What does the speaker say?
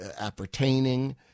appertaining